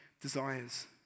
desires